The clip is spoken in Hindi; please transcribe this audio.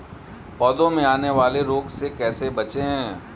पौधों में आने वाले रोग से कैसे बचें?